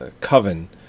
coven